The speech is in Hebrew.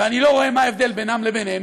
ואני לא רואה מה ההבדל בינם לבינינו,